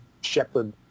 shepherd